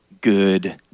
good